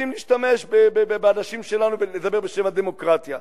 יודעים להשתמש באנשים שלנו ולדבר בשם הדמוקרטיה,